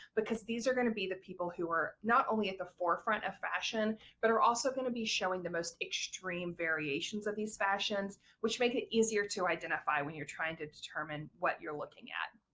because these are going to be the people who are not only at the forefront of fashion but are also going to be showing the most extreme variations of these fashions which makes it easier to identify when you're trying to determine what you're looking at.